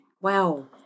Wow